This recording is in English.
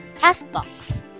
Castbox